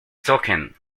token